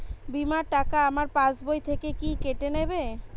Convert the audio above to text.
বিমার টাকা আমার পাশ বই থেকে কি কেটে নেবে?